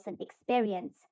experience